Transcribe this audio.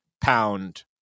pound